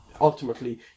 ultimately